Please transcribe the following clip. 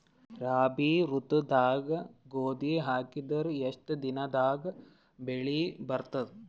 ರಾಬಿ ಋತುದಾಗ ಗೋಧಿ ಹಾಕಿದರ ಎಷ್ಟ ದಿನದಾಗ ಬೆಳಿ ಬರತದ?